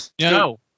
no